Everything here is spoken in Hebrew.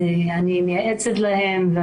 אני מייעצת להם.